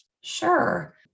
Sure